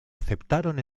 aceptaron